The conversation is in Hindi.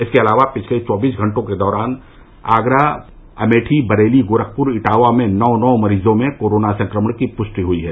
इसके अलावा पिछले चौबीस घटों के दौरान आगरा अमेठी बरेली गोरखपुर इटावा में नौ नौ मरीजों में कोरोना संक्रमण की पुष्टि ह्यी है